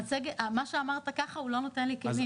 מה שאמרת ככה הוא לא נותן לי כלים.